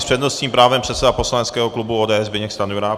S přednostním právem předseda poslaneckého klubu ODS Zbyněk Stanjura.